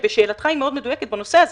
שאלתך היא מאוד מדויקת בנושא הזה,